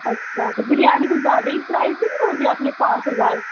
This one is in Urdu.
اچھا تو بریانی کچھ زیادہ ہی پرائزی نہیں بول دی آپ نے پانچ ہزار